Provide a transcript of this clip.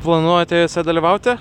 planuojate juose dalyvauti